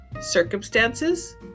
circumstances